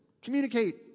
Communicate